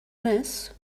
mess